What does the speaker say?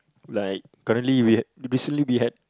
like currently we had basically we had